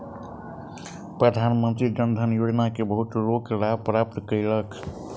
प्रधानमंत्री जन धन योजना के बहुत लोक लाभ प्राप्त कयलक